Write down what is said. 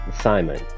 simon